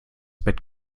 bett